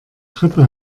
treppe